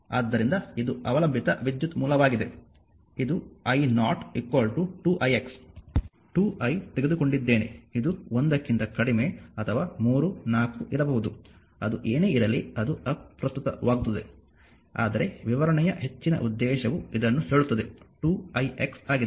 ಆದ್ದರಿಂದ ಇದು ಅವಲಂಬಿತ ವಿದ್ಯುತ್ ಮೂಲವಾಗಿದೆ ಇದು i0 2 ix 2 i ತೆಗೆದುಕೊಂಡಿದ್ದೇನೆ ಇದು 1 ಕ್ಕಿಂತ ಕಡಿಮೆ ಅಥವಾ 3 4 ಇರಬಹುದು ಅದು ಏನೇ ಇರಲಿ ಅದು ಅಪ್ರಸ್ತುತವಾಗುತ್ತದೆ ಆದರೆ ವಿವರಣೆಯ ಹೆಚ್ಚಿನ ಉದ್ದೇಶವು ಇದನ್ನು ಹೇಳುತ್ತದೆ 2 i x ಆಗಿದೆ